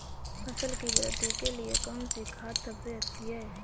फसल की वृद्धि के लिए कौनसी खाद सबसे अच्छी है?